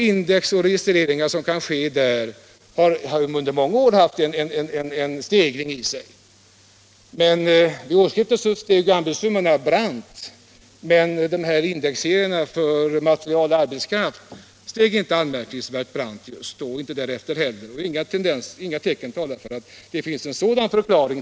Indexserierna för material och arbetskraft steg dock inte anmärkningsvärt kraftigt just då och har inte gjort det därefter heller. Inga tecken talar för en sådan utveckling.